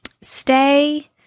stay